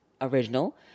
original